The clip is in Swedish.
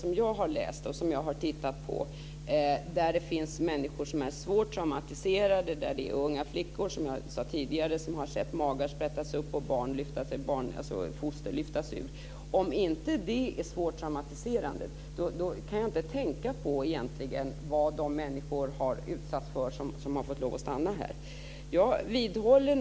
Som jag sade tidigare har jag läst ärenden där det handlar om människor som är svårt traumatiserade, om unga flickor som har sett magar sprättas upp och foster lyftas ur. Om inte det är svårt traumatiserande kan jag egentligen inte tänka på vad de människor har utsatts för som har fått lov att stanna här.